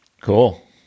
Cool